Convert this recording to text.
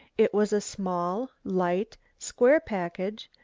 it was a small, light, square package,